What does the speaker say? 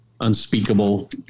unspeakable